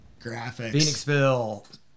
Phoenixville